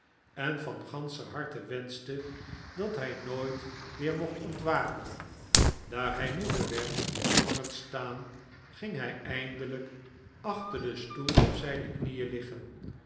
en van ganscher harte wenschte dat hij nooit weer mocht ontwaken daar hij moede werd van het staan ging hij eindelijk achter den stoel op zijne knieen liggen